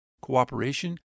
cooperation